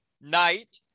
night